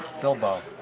Bilbo